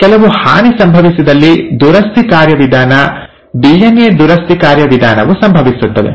ಕೆಲವು ಹಾನಿ ಸಂಭವಿಸಿದಲ್ಲಿ ದುರಸ್ತಿ ಕಾರ್ಯವಿಧಾನ ಡಿಎನ್ಎ ದುರಸ್ತಿ ಕಾರ್ಯವಿಧಾನವು ಸಂಭವಿಸುತ್ತದೆ